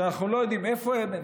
שאנחנו לא יודעים איפה הם.